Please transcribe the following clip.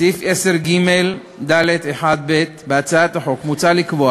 בסעיף 10ג(ד)(1)(ב) המוצע בהצעת החוק מוצע לקבוע